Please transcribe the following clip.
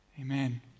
Amen